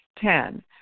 Ten